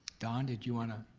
dawn, did you wanna?